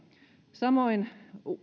samoin